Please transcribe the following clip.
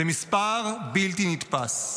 זה מספר בלתי נתפס.